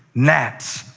gnats,